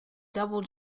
double